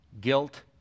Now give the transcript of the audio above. guilt